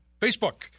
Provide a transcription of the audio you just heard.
Facebook